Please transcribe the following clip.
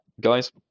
guys